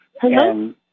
hello